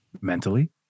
Mentally